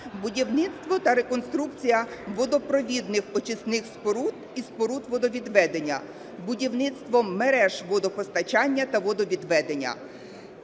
будівництво та реконструкція водопровідних очисних споруд і споруд водовідведення; будівництво мереж водопостачання та водовідведення;